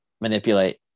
Manipulate